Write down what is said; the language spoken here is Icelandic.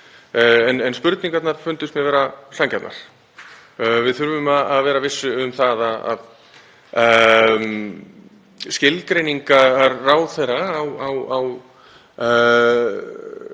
en spurningarnar fundust mér vera sanngjarnar. Við þurfum að vera viss um að skilgreiningar ráðherra á þeim